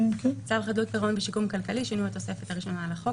התחילו להגיע פניות לרשות שדות התעופה,